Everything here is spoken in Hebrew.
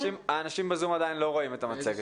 האנשים ב-זום עדיין לא רואים את המצגת.